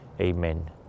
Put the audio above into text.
Amen